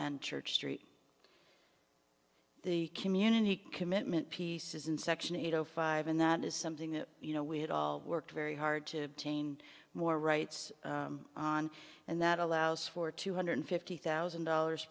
and church street the community commitment pieces in section eight zero five and that is something that you know we had all worked very hard to obtain more rights on and that allows for two hundred fifty thousand dollars